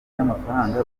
n’amafaranga